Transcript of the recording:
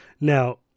Now